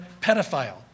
pedophile